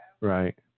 Right